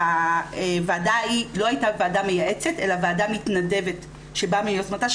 שהוועדה לא הייתה וועדה מייעצת אלא ועדה מתנדבת שבאה מיוזמתה,